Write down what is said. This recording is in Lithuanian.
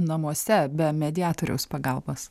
namuose be mediatoriaus pagalbos